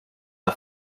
the